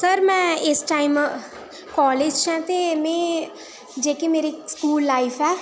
sir में इस time college च ऐं ते में जेह्की मेरे स्कूल लाईफ ऐ